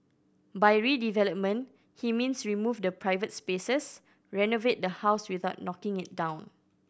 by redevelopment he means remove the private spaces renovate the house without knocking it down